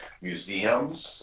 museums